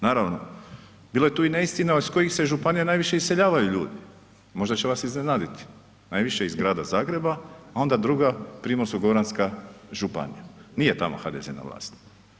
Naravno, bilo je tu i neistina iz kojih se županija najviše iseljavaju ljudi, možda će vas iznenaditi, najviše iz Grada Zagreba, a onda druga Primorsko-goranska županija, nije tamo HDZ na vlasti.